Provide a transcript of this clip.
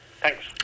Thanks